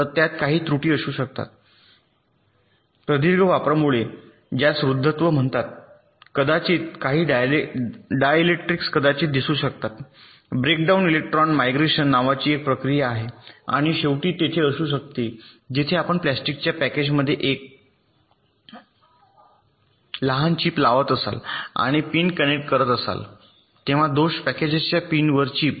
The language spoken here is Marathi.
तर त्यात काही त्रुटी असू शकतात प्रदीर्घ वापरामुळे ज्यास वृद्धत्व म्हणतात कदाचित काही डायलेक्ट्रिक्स कदाचित दिसू शकतात ब्रेकडाउन इलेक्ट्रॉन माइग्रेशन नावाची एक प्रक्रिया आहे आणि शेवटी आणि तेथे असू शकते जेव्हा आपण प्लास्टिकच्या पॅकेजमध्ये एक लहान चिप लावत असाल आणि पिन कनेक्ट करीत असाल तेव्हा दोष पॅकेजच्या पिनवर चिप